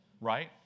Right